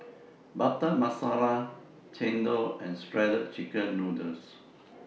Butter Masala Chendol and Shredded Chicken Noodles